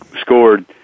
scored